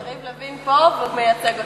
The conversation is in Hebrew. יריב לוין פה, והוא מייצג אותי.